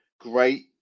great